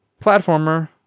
platformer